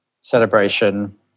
celebration